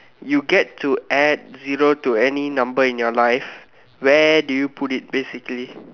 you get to add zero to any number in your life where do you put it basically